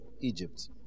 Egypt